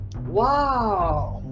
wow